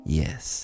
yes